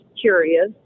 curious